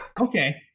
Okay